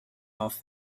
off